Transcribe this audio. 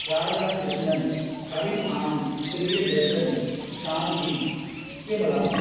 Radha Krishnan Kavin and Priyadarshan Shanti Vimala